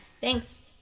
thanks